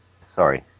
sorry